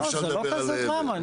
זו לא כזו דרמה.